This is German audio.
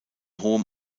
hohem